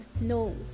No